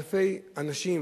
אלפי אנשים